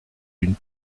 une